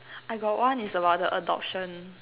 I got one is about the adoption